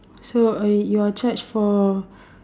so uh you are charged for